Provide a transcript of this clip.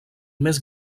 més